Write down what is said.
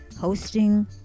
hosting